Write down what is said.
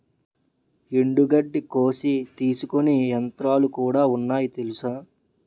ఎండుగడ్డి కోసి తీసుకునే యంత్రాలుకూడా ఉన్నాయి తెలుసా?